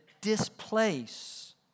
displace